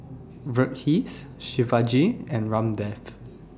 Verghese Shivaji and Ramdev